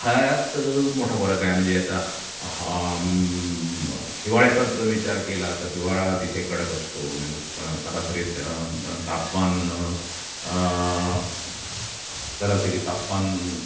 ह्यात मोठा फरक आहे म्हणजे आता हा ब हिवाळ्याचाच जर विचार केला तर हिवाळा तिथे कडक असतो म्हणजे उ सरासरी त तापमान सरासरी तापमान